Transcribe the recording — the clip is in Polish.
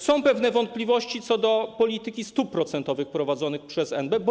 Są pewne wątpliwości co do polityki stóp procentowych prowadzonej przez NBP.